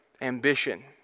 ambition